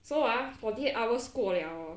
so ah forty eight hours 过 liao hor